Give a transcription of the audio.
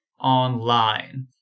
online